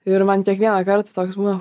ir man kiekvieną kartą toks būna